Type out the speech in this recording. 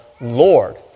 Lord